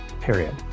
period